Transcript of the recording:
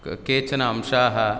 क् केवन अंशाः